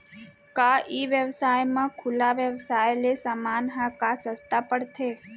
का ई व्यवसाय म खुला व्यवसाय ले समान ह का सस्ता पढ़थे?